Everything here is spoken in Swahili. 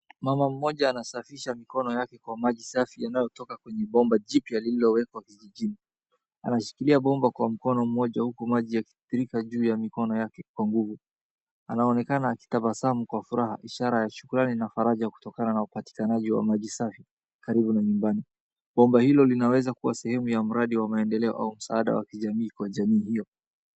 Mama mmoja anasafisha mikono yake kwa maji safi yanayotoka kwenye bomba jipya lililowekwa kijijini. Anashikilia bomba kwa mkono mmoja huku maji yakitiririka juu ya mikono yake kwa nguvu. Anaonekana akitabasamu kwa furaha, ishara ya shukrani na faraja kutokana na upatikanaji wa maji safi karibu na nyumbani. Bomba hilo linaweza kuwa sehemu ya mradi wa maendeleo au msaada wa kijamii kwa jamii hio.